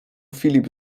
filip